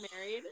married